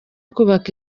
kubaka